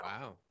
wow